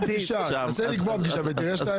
תנסה לקבוע פגישה ותראה שאתה יכול.